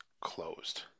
closed